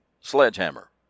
sledgehammer